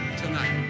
tonight